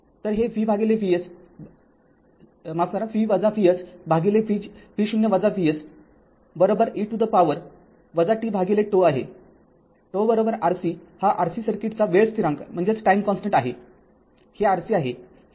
तर हे v0-Vse to the power tτ आहे τRc हा Rc सर्किटचा वेळ स्थिरांक आहे हे Rc आहे